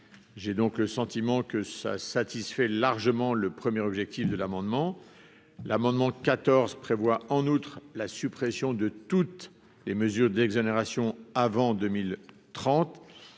j'ai donc le sentiment que ça satisfait largement le 1er objectif de l'amendement, l'amendement 14 prévoit en outre la suppression de toutes les mesures d'exonération avant 2030,